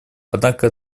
однако